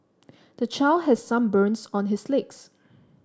the child has some burns on his legs